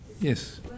Yes